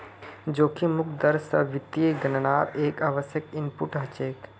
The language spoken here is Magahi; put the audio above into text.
जोखिम मुक्त दर स वित्तीय गणनार एक आवश्यक इनपुट हछेक